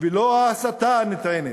ולא ההסתה הנטענת.